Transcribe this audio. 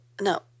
No